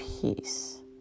peace